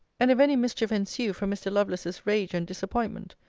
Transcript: and if any mischief ensue from mr. lovelace's rage and disappointment,